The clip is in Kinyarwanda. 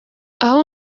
aho